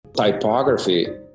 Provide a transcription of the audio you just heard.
Typography